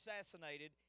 assassinated